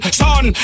son